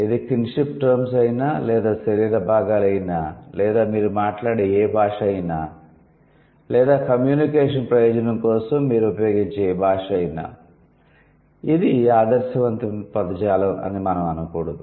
ఇది kinship terms అయినా లేదా శరీర భాగాలు అయినా లేదా మీరు మాట్లాడే ఏ భాష అయినా లేదా కమ్యూనికేషన్ ప్రయోజనం కోసం మీరు ఉపయోగించే ఏ భాష అయినా ఇది ఆదర్శవంతమైన పదజాలం అని మనం అనకూడదు